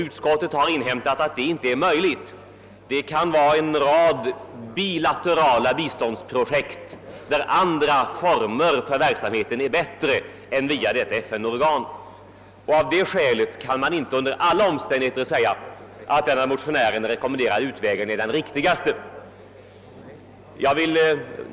Utskottet har inhämtat att det inte är möjligt att göra ett sådant arrangemang — beträffande en rad bilaterala biståndsprojekt kan andra former för verksamheten vara bättre. Av det skälet kan man inte under alla omständigheter säga att den av motionärerna rekommenderade vägen via detta FN-organ är den riktigaste.